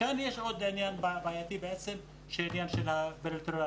כאן יש עוד עניין בעייתי, העניין האזורי.